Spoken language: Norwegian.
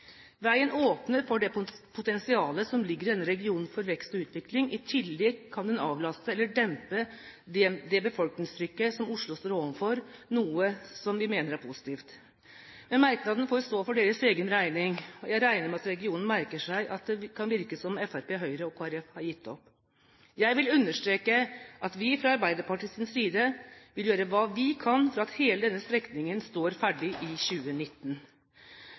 Veien åpner for det potensialet som ligger i denne regionen for vekst og utvikling. I tillegg kan den avlaste eller dempe det befolkningstrykket som Oslo står overfor, noe som vi mener er positivt. Men merknaden får stå for partienes egen regning, og jeg regner med at regionen merker seg at det kan virke som at Fremskrittspartiet, Høyre og Kristelig Folkeparti har gitt opp. Jeg vil understreke at vi fra Arbeiderpartiets side vil gjøre hva vi kan for at hele denne strekningen står ferdig i 2019.